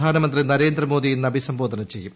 പ്രധാനമന്ത്രി നരേന്ദ്രമോദി ഇന്ന് അഭിസംബോധന ചെയ്യും